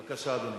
בבקשה, אדוני.